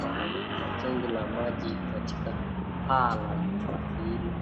maalum na tenki la maji katika pa la nyumba hilo.